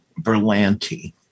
Berlanti